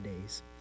days